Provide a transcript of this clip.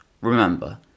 Remember